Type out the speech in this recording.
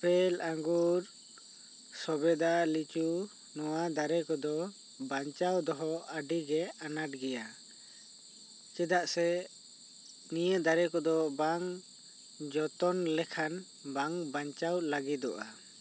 apple ᱟᱜᱩᱨ ᱥᱚᱵᱮᱫᱟ ᱞᱤᱪᱩ ᱱᱚᱣᱟ ᱫᱟᱨᱮ ᱠᱚᱫᱚ ᱵᱟᱧᱪᱟᱣ ᱫᱚᱦᱚ ᱟᱹᱰᱤ ᱜᱮ ᱟᱱᱟᱴ ᱜᱮᱭᱟ ᱪᱮᱫᱟᱜ ᱥᱮ ᱱᱤᱭᱟ ᱫᱟᱨᱮ ᱠᱚᱫᱚ ᱵᱟᱝ ᱡᱚᱛᱚᱱ ᱠᱮᱠᱷᱟᱱ ᱵᱟᱝ ᱵᱟᱧᱪᱟᱣ ᱞᱟᱹᱜᱤᱫᱚᱜᱼᱟ